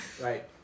Right